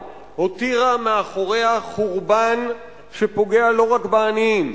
הותירה מאחוריה חורבן שפוגע לא רק בעניים,